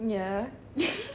ya